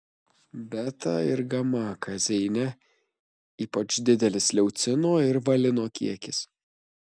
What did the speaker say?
beta ir gama kazeine ypač didelis leucino ir valino kiekis